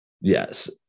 Yes